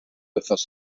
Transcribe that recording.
wythnos